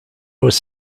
was